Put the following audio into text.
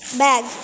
bag